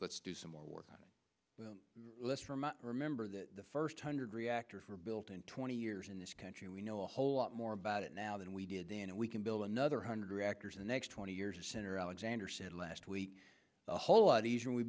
let's do some more work let's remember that the first hundred reactors were built in twenty years in this country we know a whole lot more about it now than we did then and we can build another hundred years and next twenty years as senator alexander said last week a whole lot easier